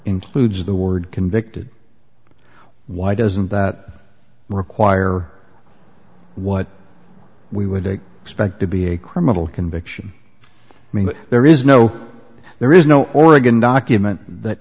includes the word convicted why doesn't that require what we would expect to be a criminal conviction i mean there is no there is no oregon document that